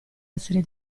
essere